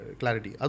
clarity